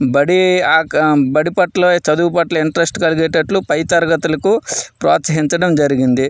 బడి బడి పట్ల చదువు పట్ల ఇంట్రెస్ట్ కలిగేటట్లు పై తరగతులకు ప్రోత్సహించడం జరిగింది